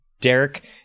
Derek